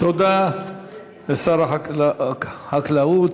תודה לשר החקלאות,